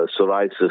psoriasis